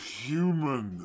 human